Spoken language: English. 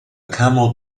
camel